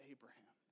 Abraham